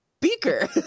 Beaker